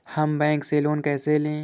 हम बैंक से लोन कैसे लें?